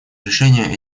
решения